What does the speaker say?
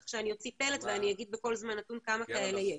כך אני אוציא פלט ואני אגיד בכל זמן נתון כמה כאלה יש.